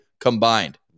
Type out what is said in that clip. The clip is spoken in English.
combined